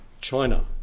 China